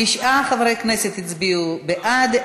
תשעה חברי כנסת הצביעו בעד,